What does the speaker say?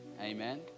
Amen